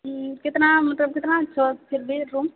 कितना मतलब कितना रूम